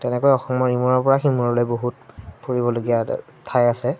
তেনেকৈ অসমৰ ইমৰৰপৰা সিমূৰলৈ বহুত ফুৰিবলগীয়া ঠাই আছে